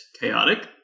chaotic